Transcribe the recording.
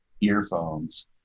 earphones